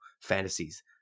fantasies